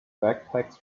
backpacks